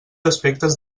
aspectes